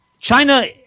China